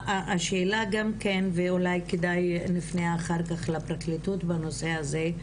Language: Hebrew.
השאלה גם כן ואולי כדאי שנפנה אחר כך לפרקליטות בנושא הזה,